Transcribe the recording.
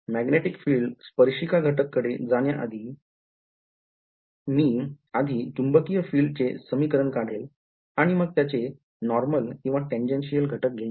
चुंबकीय फील्डच्या स्पर्शिका घटका कडे जाण्याआधी मी आधी चुंबकीय फील्डचे समीकरण काढेल आणि मग त्याचे normal किंवा tangential घटक घेईल